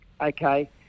okay